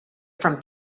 from